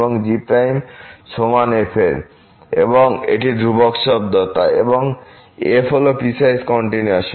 এবং g সমান f এর এবং এটি ধ্রুবক শব্দ এবং f হল পিসওয়াইস কন্টিনিউয়াস